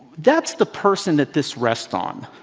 that's the person that this rests on,